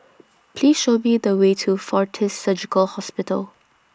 Please Show Me The Way to Fortis Surgical Hospital